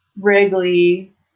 Wrigley